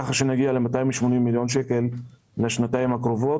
כך שנגיע ל-280 מיליון שקלים לשנתיים הקרובות